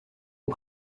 aux